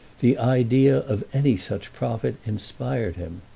the idea of any such profit inspired him.